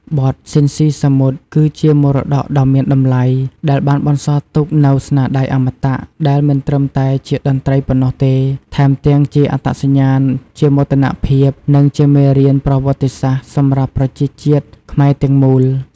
បទស៊ីន ស៊ីសាមុត គឺជាមរតកដ៏មានតម្លៃដែលបានបន្សល់ទុកនូវស្នាដៃអមតៈ ដែលមិនត្រឹមតែជាតន្ត្រីប៉ុណ្ណោះទេ ថែមទាំងជាអត្តសញ្ញាណ ជាមោទនភាព និងជាមេរៀនប្រវត្តិសាស្ត្រសម្រាប់ប្រជាជាតិខ្មែរទាំងមូល ។